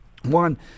one